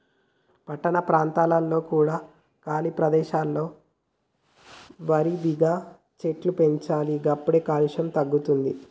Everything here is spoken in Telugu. పట్టణ ప్రాంతాలలో కూడా ఖాళీ ప్రదేశాలలో విరివిగా చెట్లను పెంచాలి గప్పుడే కాలుష్యం తగ్గుద్ది